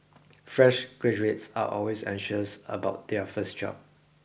fresh graduates are always anxious about their first job